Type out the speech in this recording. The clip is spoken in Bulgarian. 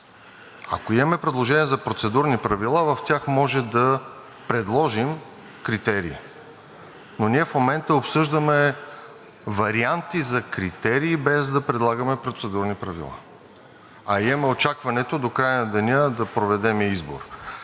Ако имаме предложения за процедурни правила, в тях може да предложим критерии, но ние в момента обсъждаме варианти за критерии, без да предлагаме процедурни правила, а имаме очакването до края на деня да проведем и избор.